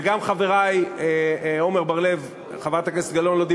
וגם חברי עמר בר-לב וחברת הכנסת גלאון,